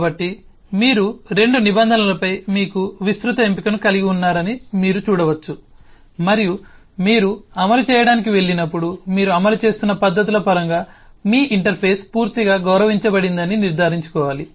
కాబట్టి మీరు రెండు నిబంధనలపై మీకు విస్తృత ఎంపికను కలిగి ఉన్నారని మీరు చూడవచ్చు మరియు మీరు అమలు చేయడానికి వెళ్ళినప్పుడు మీరు అమలు చేస్తున్న పద్ధతుల పరంగా మీ ఇంటర్ఫేస్ పూర్తిగా గౌరవించబడిందని నిర్ధారించుకోవాలి